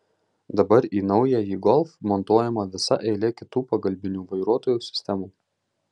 dabar į naująjį golf montuojama visa eilė kitų pagalbinių vairuotojo sistemų